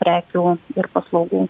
prekių ir paslaugų